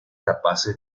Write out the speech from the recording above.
capaces